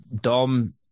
Dom